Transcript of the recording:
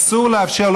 אסור לאפשר,